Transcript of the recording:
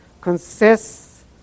consists